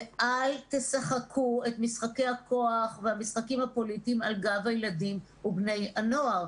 ואל תשחקו את המשחקים הפוליטיים על גב הילדים ובני הנוער.